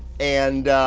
and